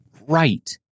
right